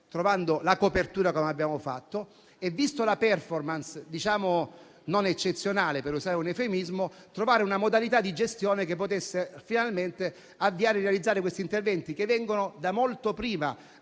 trovando la copertura, come abbiamo fatto. Vista la *performance* diciamo non eccezionale - per usare un eufemismo - occorreva trovare una modalità di gestione che potesse finalmente avviare e realizzare questi interventi, che vengono da molto prima